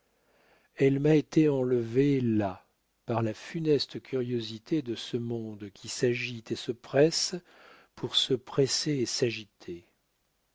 elle m'a été enlevée là par la funeste curiosité de ce monde qui s'agite et se presse pour se presser et s'agiter